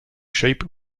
shape